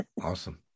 Awesome